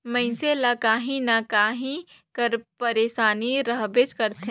मइनसे ल काहीं न काहीं कर पइरसानी रहबेच करथे